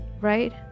right